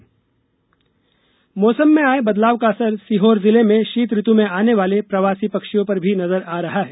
प्रवासी पक्षी मौसम में आए बदलाव का असर सीहोर जिले में शीत ऋतु में आने वाले प्रवासी पक्षियों पर भी नजर आ रहा है